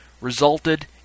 resulted